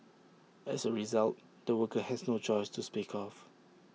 as A result the worker has no choice to speak of